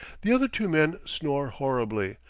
the other two men snore horribly,